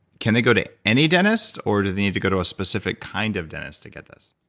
can they go to any dentist or do they need to go to a specific kind of dentist to get this?